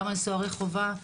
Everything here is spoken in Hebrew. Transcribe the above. גם על סוהרי חובה,